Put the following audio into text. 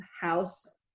house